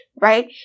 right